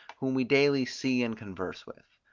whom we daily see and converse with.